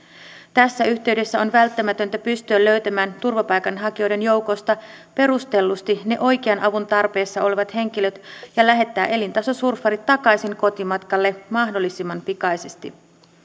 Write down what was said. tässä yhteydessä on välttämätöntä pystyä löytämään turvapaikanhakijoiden joukosta perustellusti ne oikean avun tarpeessa olevat henkilöt ja lähettää elintasosurffarit takaisin kotimatkalle mahdollisimman pikaisesti